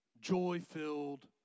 joy-filled